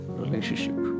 relationship